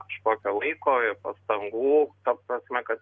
kažkokio laiko i pastangų ta prasme kad